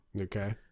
Okay